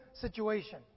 situation